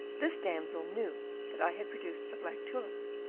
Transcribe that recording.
this damsel knew that i had produced the black tulip,